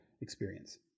experience